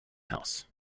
house